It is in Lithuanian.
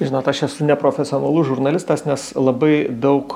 žinot aš esu neprofesionalus žurnalistas nes labai daug